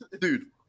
dude